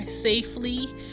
safely